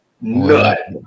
nut